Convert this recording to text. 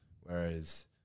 Whereas